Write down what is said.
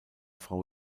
frau